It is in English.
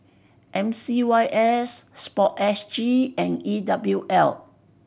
M C Y S Sport S G and E W L